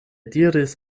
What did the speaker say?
diris